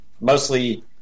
mostly